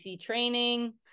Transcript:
training